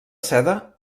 seda